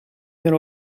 meer